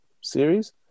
series